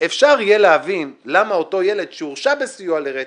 אפשר יהיה להבין למה אותו ילד שהורשע בסיוע לרצח,